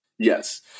Yes